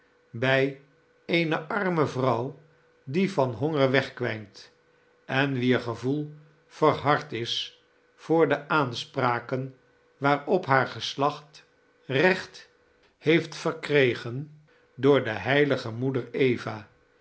bij eene arme vrouw die van hanger wegkwijnt en wier gevoel verhard is voor de aanspraken waarop haar geslacht recht heeft verkregen door de heilige moeder eva